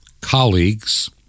colleagues